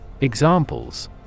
Examples